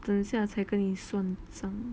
等一下才跟你算账